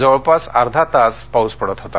जवळपास अर्धा तास पाऊस पडत होता